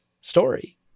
story